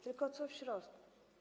Tylko co w środku?